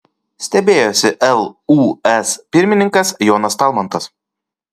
stebėjosi lūs pirmininkas jonas talmantas